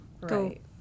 Right